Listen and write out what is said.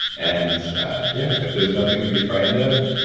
and yeah, if there's nothing to be frightened of,